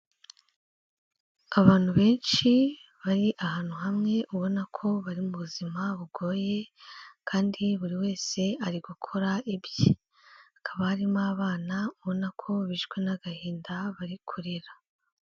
Abantu benshi bari ahantu hamwe ubona ko bari mu buzima bugoye kandi buri wese ari gukora ibye, hakaba harimo abana ubona ko bishwe n'agahinda bari kurira.